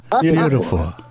beautiful